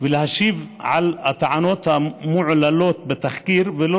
ולהשיב על הטענות המועלות בתחקיר ולא